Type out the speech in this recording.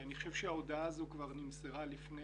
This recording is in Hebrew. אני חושב שההודעה הזו כבר נמסרה לפני,